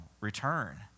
return